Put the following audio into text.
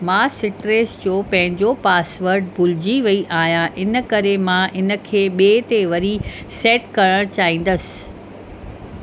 मां सिट्रस जो पंहिंजो पासवर्ड भुलिजी वई आहियां इन करे मां इनखे ॿिए ते वरी सेट करणु चाहींदसि